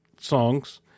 songs